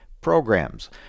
programs